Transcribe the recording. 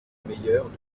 meilleurs